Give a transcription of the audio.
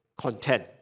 content